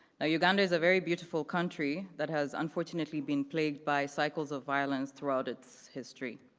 ah uganda is a very beautiful country that has unfortunately been plagued by cycles of violence throughout its history.